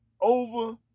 over